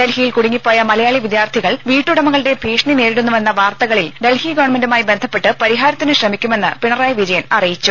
ഡൽഹിയിൽ കുടുങ്ങിപ്പോയ മലയാളി വിദ്യാർത്ഥികൾ വീട്ടുടമകളുടെ ഭീഷണി നേരിടുന്നുവെന്ന വാർത്തകളിൽ ഡൽഹി ഗവൺമെന്റുമായി ബന്ധപ്പെട്ട് പരിഹാരത്തിന് ശ്രമിക്കുമെന്ന് പിണറായി വിജയൻ അറിയിച്ചു